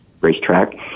racetrack